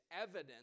evidence